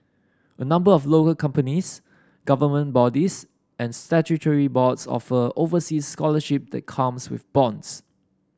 a number of local companies government bodies and statutory boards offer overseas scholarship that comes with bonds